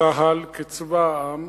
צה"ל, כצבא העם,